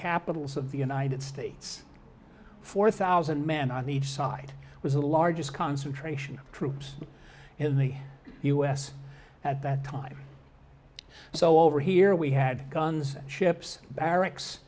capitals of the united states four thousand men on each side was the largest concentration troops in the us at that time so over here we had guns ships barracks